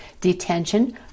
detention